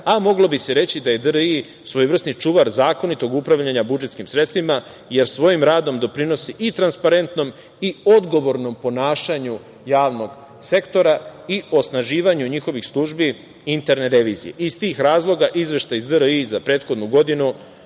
a moglo bi se reći i da je DRI svojevrsni čuvar zakonitog upravljanja budžetskim sredstvima, jer svojim radom doprinosi i transparentnom i odgovornom ponašanju javnog sektora i osnaživanju njihovih službi interne revizije. Iz tih razloga, Izveštaj DRI za prethodnu godinu